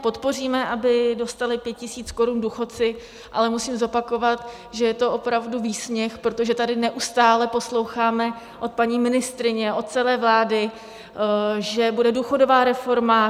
Podpoříme, aby dostali 5 tisíc korun důchodci, ale musím zopakovat, že je to opravdu výsměch, protože tady neustále posloucháme od paní ministryně, od celé vlády, že bude důchodová reforma.